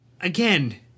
Again